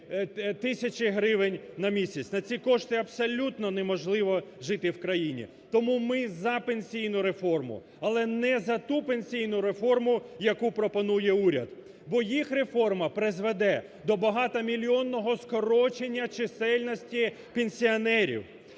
тисячі гривень на місяць. На ці кошти абсолютно неможливо жити в країні. Тому ми за пенсійну реформу. Але не за ту пенсійну реформу, яку пропонує уряд. Бо їх реформа призведе до багатомільйонного скорочення чисельності пенсіонерів